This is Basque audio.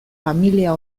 familia